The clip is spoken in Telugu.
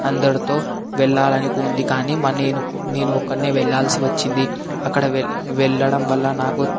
అందరితో వెళ్ళాలని ఉంది కానీ మరి నే నేను ఒక్కడినే వెళ్ళాల్సి వచ్చింది అక్కడ వెళ్ళ వెళ్ళడం వల్ల నాకు